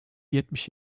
yetmiş